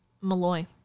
Malloy